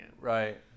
Right